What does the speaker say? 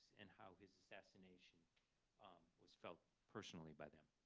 and how his assassination was felt personally by them.